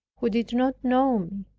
who did not know me,